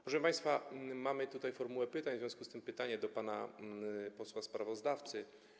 Proszę państwa, mamy tutaj formułę pytań, w związku z tym pytanie do pana posła sprawozdawcy: